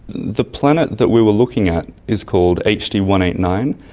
the planet that we were looking at is called h d one eight nine,